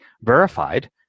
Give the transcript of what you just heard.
verified